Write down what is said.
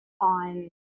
on